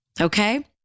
okay